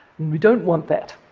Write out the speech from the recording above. we don't want that.